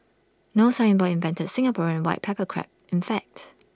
no signboard invented Singaporean white pepper Crab in fact